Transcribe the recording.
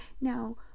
Now